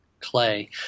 Clay